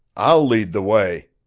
i'll lead the way.